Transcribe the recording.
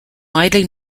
widely